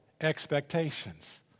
expectations